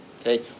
Okay